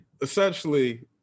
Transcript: essentially